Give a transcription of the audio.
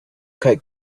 quite